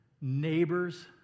neighbors